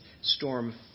storm